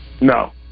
No